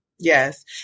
Yes